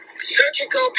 surgical